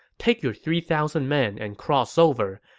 take your three thousand men and cross over,